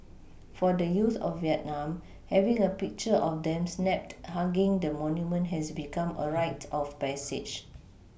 for the youth of Vietnam having a picture of them snapped hugging the monument has become a rite of passage